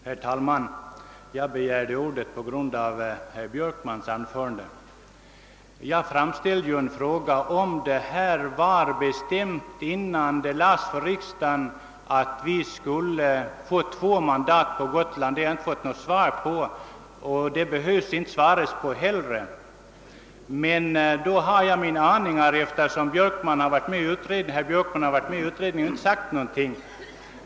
Herr talman! Jag begärde ordet på Jag frågade om det var bestämt innan förslaget lades fram för riksdagen att vi på Gotland skulle få två mandat. Det har jag inte fått svar på, och det behövs inte heller något. Jag har emellertid mina aningar, eftersom herr Björkman har varit med i grundlagberedningen och inte sagt någonting.